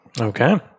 Okay